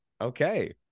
okay